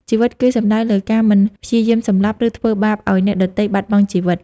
ជីវិតគឺសំដៅលើការមិនព្យាយាមសម្លាប់ ឬធ្វើបាបឲ្យអ្នកដទៃបាត់បង់ជីវិត។